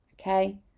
okay